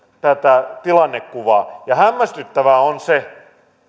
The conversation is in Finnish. tätä tilannekuvaa ja hämmästyttävää on se